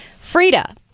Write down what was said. Frida